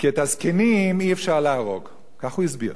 כי את הזקנים אי-אפשר להרוג, ככה הוא הסביר,